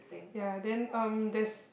ya then um there's